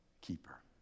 keeper